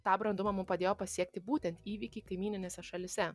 tą brandumą mum padėjo pasiekti būtent įvykiai kaimyninėse šalyse